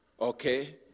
okay